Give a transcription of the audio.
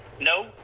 no